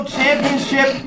Championship